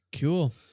cool